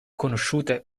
conosciute